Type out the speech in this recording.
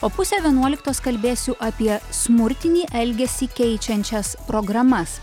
o pusę vienuoliktos kalbėsiu apie smurtinį elgesį keičiančias programas